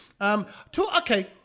Okay